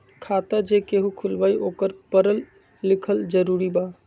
खाता जे केहु खुलवाई ओकरा परल लिखल जरूरी वा?